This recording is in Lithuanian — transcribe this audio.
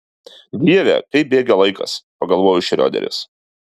dieve kaip bėga laikas pagalvojo šrioderis